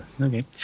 okay